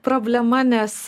problema nes